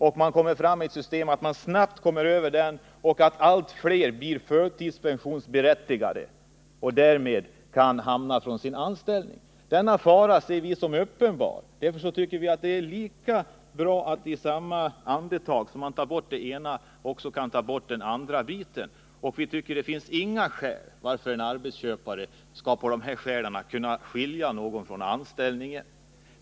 Och vi kommer att få ett system där människorna snabbt kommer över perioden med sjukbidrag och allt fler blir förtidspensionsberättigade — och därmed kan skiljas från sin anställning. Vi ser denna fara som uppenbar. Därför tycker vi att det är lika bra att i samma andetag som den ena biten tas bort också ta bort den andra. Det finns inga skäl för att en arbetsköpare av dessa orsaker skall kunna skilja någon från anställning.